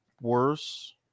worse